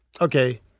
okay